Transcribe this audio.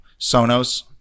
Sonos